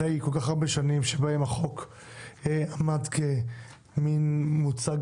אחרי כל כך הרבה שנים שבהן החוק עמד כמין מוצג